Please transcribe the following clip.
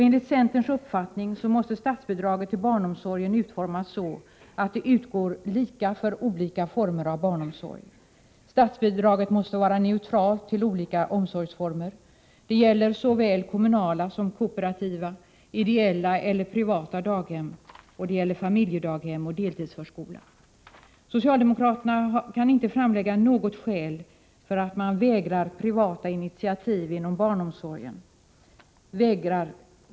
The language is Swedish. Enligt centerns uppfattning måste statsbidraget till barnomsorgen utformas så att det utgår lika för olika former av barnomsorg. Statsbidraget måste vara neutralt till olika omsorgsformer. Det gäller såväl kommunala som kooperativa, ideella eller privata daghem, och det gäller familjedaghem och deltidsförskola. Socialdemokraterna kan inte framlägga något skäl för att de vägrar ge stöd till privata initiativ inom barnomsorgen.